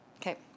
Okay